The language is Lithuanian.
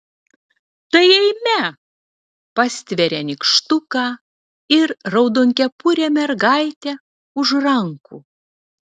tai eime pastveria nykštuką ir raudonkepurę mergaitę už rankų